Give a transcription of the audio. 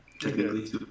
technically